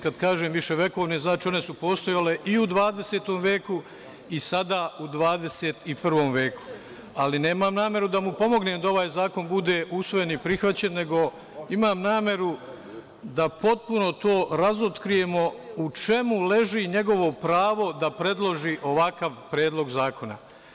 Kad kažem viševekovne, znači one su postojale i u 20. veku i sada u 21. veku, ali nemam nameru da mu pomognem da ovaj zakon bude usvojen i prihvaćen, nego imam nameru da potpuno to razotkrijemo u čemu leži njegovo pravo da predloži ovakav predlog zakona.